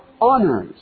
honors